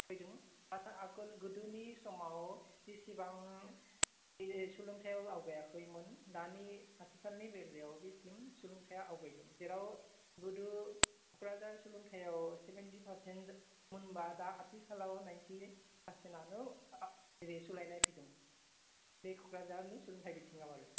फैदों आरो आगोल गोदोनि समाव जिसिबां बे सोलोंथाइयाव आवगायाखैमोन दानि आथिखालनि बेलायाव बेसिम सोलोंथाइआ आवगायदों जेराव गोदो क'क्राझार सोलोंथाइयाव सेभेन्टि पार्सेन्टमोन बा दा आथिखालाव नाइन्टि पार्सेन्टआनो बिदि सोलायनाय फैदों बे क'क्राझारनि सोलोंथाइ बिथिङाव आरो